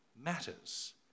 matters